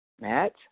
Matt